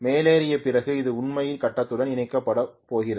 மேலேறிய பிறகு அது உண்மையில் கட்டத்துடன் இணைக்கப்பட்டுள்ளது